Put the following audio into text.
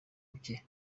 bye